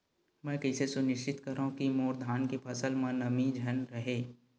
मैं कइसे सुनिश्चित करव कि मोर धान के फसल म नमी झन रहे?